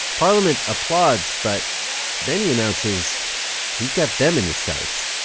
parliament applauds, but yeah then he announces he's got them in his sights.